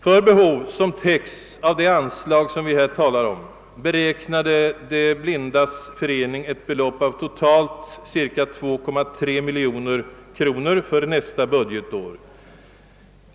För behov som täcks av de anslag vi här talar om beräknade De blindas förening ett belopp av totalt cirka 2,3 miljoner kronor för nästa budgetår.